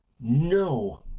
no